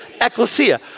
ecclesia